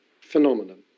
phenomenon